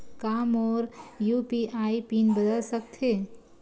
का मोर UPI PIN बदल सकथे?